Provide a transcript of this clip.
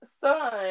son